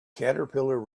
caterpillar